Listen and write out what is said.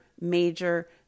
major